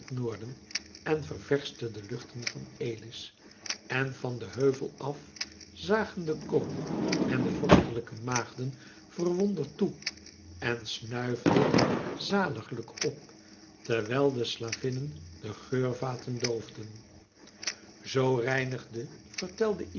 noorden en ververschte de luchten van elis en van den heuvel af zagen de koning en de vorstelijke maagden verwonderd toe en snuifden zaliglijk op terwijl de slavinnen de geurvaten doofden zoo reinigde vertelde